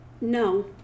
No